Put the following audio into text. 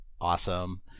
Awesome